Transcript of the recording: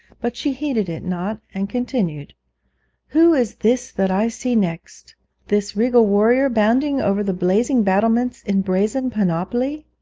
but she heeded it not, and continued who is this that i see next this regal warrior bounding over the blazing battlements in brazen panoply